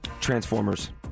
Transformers